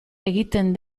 egiten